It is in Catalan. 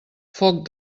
foc